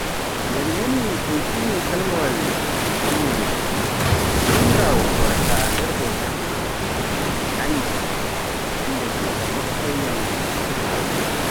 Nde mi naani un inni kalimaawal tammunde, jomiraawao waraata nder hoore am, mi anndi yannde goo, o hokkayyam ko mi tori.